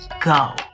go